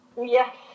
Yes